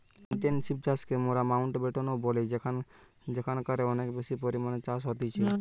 intensive চাষকে মোরা Mountbatten ও বলি যেখানকারে অনেক বেশি পরিমাণে চাষ হতিছে